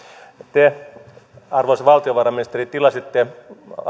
te arvoisa valtiovarainministeri tilasitte